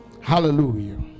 Hallelujah